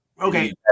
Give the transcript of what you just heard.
okay